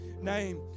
name